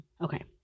okay